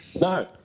No